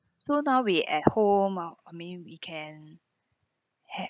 so now we at home or or maybe we can ha~